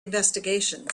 investigations